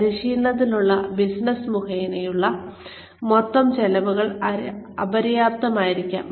പരിശീലനത്തിനായുള്ള business മുഖേനയുള്ള മൊത്തം ചെലവുകൾ അപര്യാപ്തമായിരിക്കാം